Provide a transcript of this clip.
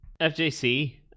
FJC